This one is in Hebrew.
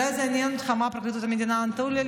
אולי זה יעניין אותך מה פרקליטות המדינה ענו לי,